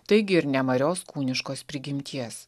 taigi ir nemarios kūniškos prigimties